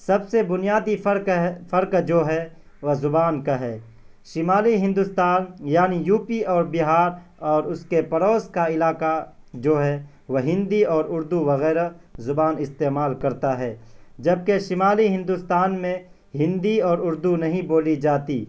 سب سے بنیادی فرق ہے فرق جو ہے وہ زبان کا ہے شمالی ہندوستان یعنی یو پی اور بہار اور اس کے پڑوس کا علاقہ جو ہے وہ ہندی اور اردو وغیرہ زبان استعمال کرتا ہے جبکہ شمالی ہندوستان میں ہندی اور اردو نہیں بولی جاتی